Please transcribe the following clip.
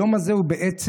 היום הזה הוא בעצם,